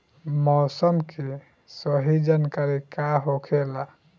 मौसम के सही जानकारी का होखेला?